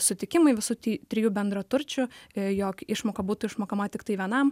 sutikimai visų trijų bendraturčių jog išmoka būtų išmokama tiktai vienam